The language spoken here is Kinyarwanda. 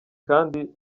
kandi